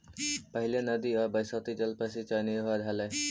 पहिले नदी आउ बरसाती जल पर सिंचाई निर्भर हलई